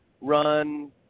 run